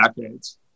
decades